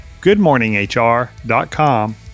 goodmorninghr.com